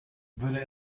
würde